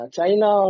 China